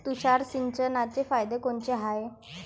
तुषार सिंचनाचे फायदे कोनचे हाये?